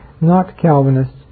not-Calvinists